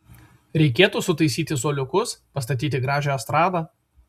reikėtų sutaisyti suoliukus pastatyti gražią estradą